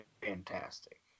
fantastic